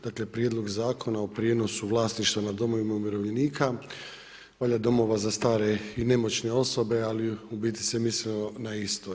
Dakle, Prijedlog zakona o prijenosu vlasništva nad domovima umirovljenika, valjda domove za stare i nemoćne osobe ali u biti se mislilo na isto.